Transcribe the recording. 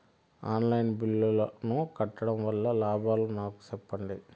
On line బిల్లుల ను కట్టడం వల్ల లాభాలు నాకు సెప్పండి?